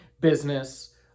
business